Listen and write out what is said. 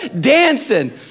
dancing